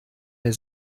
der